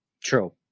true